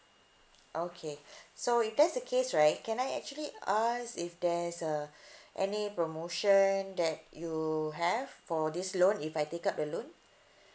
okay so if that's the case right can I actually ask if there's uh any promotion that you have for this loan if I take up the loan